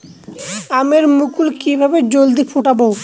আমের মুকুল কিভাবে জলদি ফুটাব?